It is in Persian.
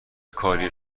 کاری